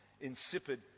insipid